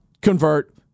convert